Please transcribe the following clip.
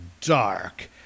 dark